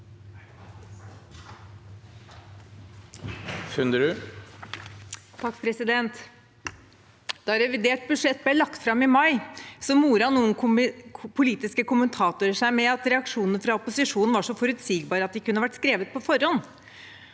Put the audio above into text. Da revi- dert budsjett ble lagt fram i mai, moret noen politiske kommentatorer seg med at reaksjonene fra opposisjonen var så forutsigbare at de kunne vært skrevet på forhånd.